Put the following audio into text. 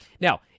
Now